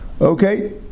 Okay